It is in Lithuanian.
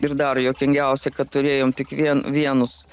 ir dar juokingiausia kad turėjom tik vien vienus